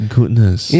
Goodness